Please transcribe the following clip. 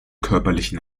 körperlichen